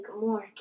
more